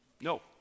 No